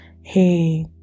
hey